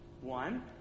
One